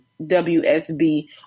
WSB